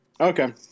Okay